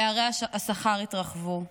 פערי השכר התרחבו,